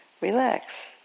relax